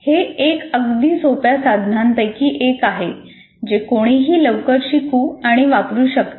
हे एक अगदी सोप्या साधनांपैकी एक आहे जे कोणीही लवकर शिकू आणि वापरु शकते